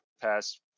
past